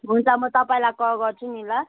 हुन्छ म तपाईँलाई कल गर्छु नि ल